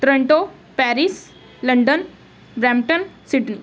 Toronto Paris London Brampton Sydney